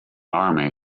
army